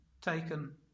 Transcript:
taken